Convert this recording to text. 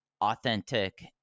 authentic